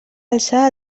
alçar